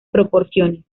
proporciones